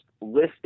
list